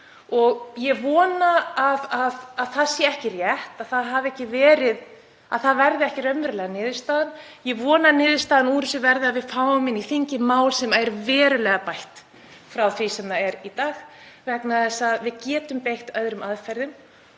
og ég vona að það sé ekki rétt, að það verði ekki niðurstaðan. Ég vona að niðurstaðan úr þessu verði sú að við fáum inn í þingið mál sem er verulega bætt frá því sem er í dag vegna þess að við getum beitt öðrum aðferðum